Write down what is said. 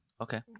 Okay